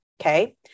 okay